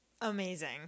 Amazing